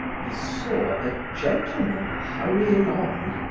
he saw a gentleman hurrying on,